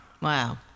Wow